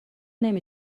نمی